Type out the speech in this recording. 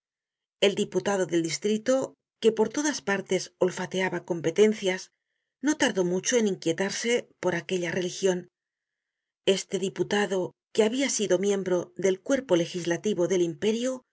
el diputado del distrito que por todas partes olfateaba competencias no tardó mucho en inquietarse por aquella religion este diputado que habia sido miembro del cuerpo legislativo del imperio